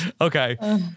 Okay